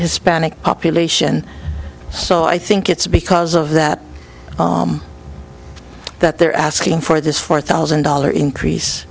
hispanic population so i think it's because of that that they're asking for this four thousand dollar increase